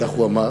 כך הוא אמר,